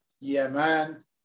Yemen